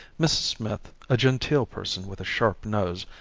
mrs. smith, a genteel person with a sharp nose,